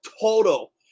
total